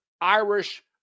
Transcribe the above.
Irish